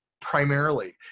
primarily